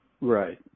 right